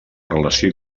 relació